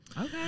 Okay